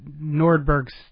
Nordberg's